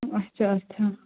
اَچھا اَچھا